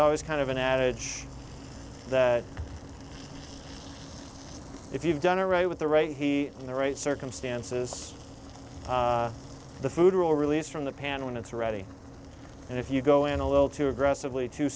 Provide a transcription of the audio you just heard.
always kind of an adage that if you've done a right with the right he in the right circumstances the food will release from the pan when it's ready and if you go in a little too aggressively too